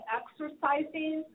exercising